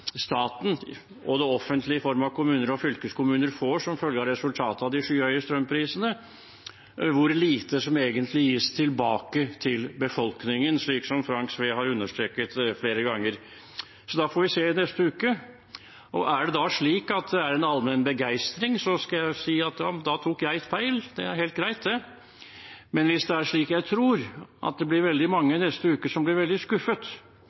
staten og det offentlige i form av kommuner og fylkeskommuner får som følge av resultatet av de skyhøye strømprisene, og hvor lite som egentlig gis tilbake til befolkningen, slik som Frank Sve har understreket flere ganger. Så da får vi se i neste uke, og er det da slik at det er en allmenn begeistring, skal jeg si at da tok jeg feil, og det er helt greit. Men hvis det er slik jeg tror, at det blir veldig mange neste uke som blir veldig skuffet